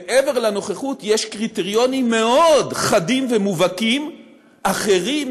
מעבר לנוכחות יש קריטריונים מאוד חדים ומובהקים אחרים